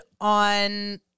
on